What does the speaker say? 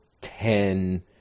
ten